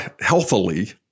healthily